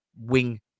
wing